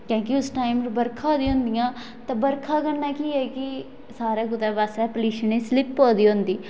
कि जे उस टैम बर्खा होई जदी होंदीआं ते बर्खा कन्ने केह् होंदा कि सारे पिलशी कन्नै स्लिप होई दी होंदी